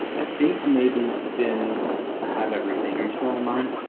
ah think maybe been have everything. are you still online.